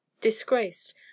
disgraced